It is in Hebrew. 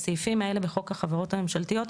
בסעיפים האלה בחוק החברות הממשלתיות,